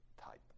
type